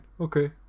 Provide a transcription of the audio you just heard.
okay